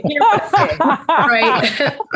Right